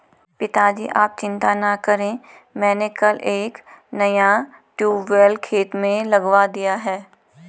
पिताजी आप चिंता ना करें मैंने कल एक नया ट्यूबवेल खेत में लगवा दिया है